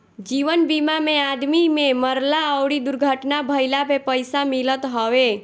जीवन बीमा में आदमी के मरला अउरी दुर्घटना भईला पे पईसा मिलत हवे